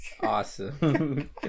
awesome